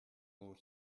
low